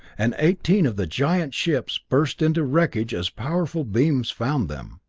and eighteen of the giant ships burst into wreckage as powerful beams found them,